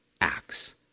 acts